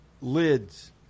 Lids